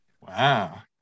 Wow